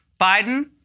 Biden